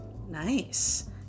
nice